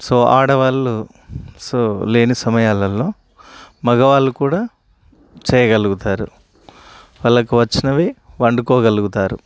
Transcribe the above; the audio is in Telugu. సో ఆడవాళ్ళు సో లేని సమయాలల్లో మగవాళ్ళు కూడా చేయగలుగుతారు వాళ్ళకి వచ్చినవి వండుకోగలుగుతారు